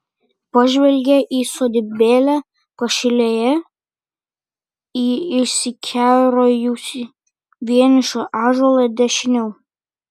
pažvelgė į sodybėlę pašilėje į išsikerojusį vienišą ąžuolą dešiniau